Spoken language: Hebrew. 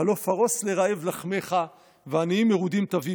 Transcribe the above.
"הלא פרס לרעב לחמך ועניים מרודים תביא